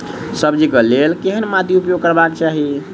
सब्जी कऽ लेल केहन माटि उपयोग करबाक चाहि?